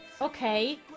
okay